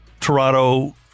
Toronto